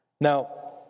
Now